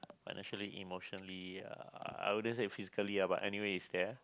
financially emotionally uh I wouldn't say physically uh but anyway it's there